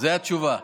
זאת התשובה.